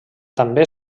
també